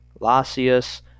Lassius